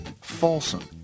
Folsom